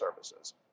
services